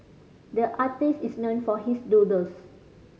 the artist is known for his doodles